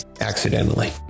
accidentally